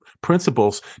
principles